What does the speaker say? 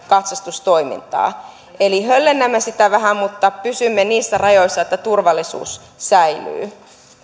katsastustoimintaa eli höllennämme sitä vähän mutta pysymme niissä rajoissa että turvallisuus säilyy